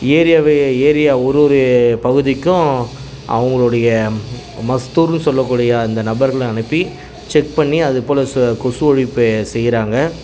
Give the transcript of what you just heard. ஏரியாவை ஏரியா ஒரு ஒரு பகுதிக்கும் அவங்களுடைய மஸ்த்தூர்னு சொல்லக்கூடிய அந்த நபர்களை அனுப்பி செக் பண்ணி அதுபோல ச கொசு ஒழிப்பை செய்கிறாங்க